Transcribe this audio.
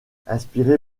inspiré